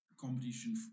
competition